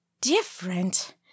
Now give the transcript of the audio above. different